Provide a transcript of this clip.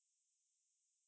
so அதுனால பண்ண:athunaala panna